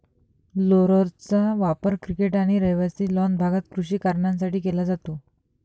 रोलर्सचा वापर क्रिकेट आणि रहिवासी लॉन भागात कृषी कारणांसाठी केला जातो